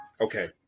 Okay